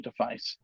interface